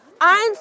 Eins